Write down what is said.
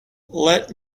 let